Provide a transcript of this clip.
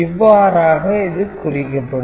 இவ்வாறாக இது குறிக்கப்படும்